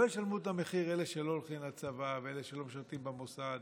לא ישלמו את המחיר אלה שלא הולכים לצבא ואלה שלא משרתים במוסד.